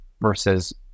versus